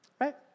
right